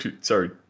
sorry